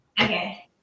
Okay